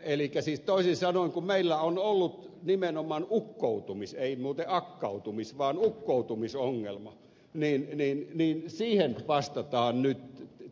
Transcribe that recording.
elikkä siis toisin sanoen kun meillä on ollut nimenomaan ukkoutumisongelma ei muuten akkautumis vaan ukkoutumisongelma niin siihen vastataan nyt